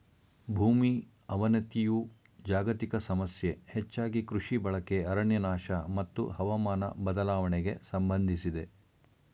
ಭೂಮಿ ಅವನತಿಯು ಜಾಗತಿಕ ಸಮಸ್ಯೆ ಹೆಚ್ಚಾಗಿ ಕೃಷಿ ಬಳಕೆ ಅರಣ್ಯನಾಶ ಮತ್ತು ಹವಾಮಾನ ಬದಲಾವಣೆಗೆ ಸಂಬಂಧಿಸಿದೆ